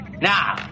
Now